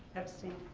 abstained.